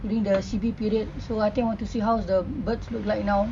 during the C_V period so I think I want to see how the birds look like now